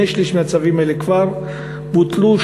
כבר בוטלו,